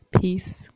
Peace